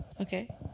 Okay